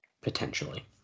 Potentially